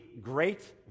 great